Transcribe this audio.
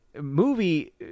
movie